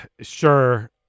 Sure